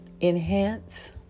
Enhance